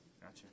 gotcha